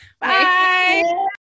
Bye